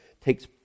takes